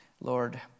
Lord